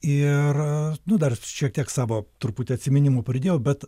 ir nu dar šiek tiek savo truputį atsiminimų pridėjau bet